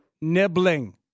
nibbling